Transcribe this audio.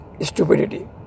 stupidity